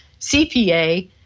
CPA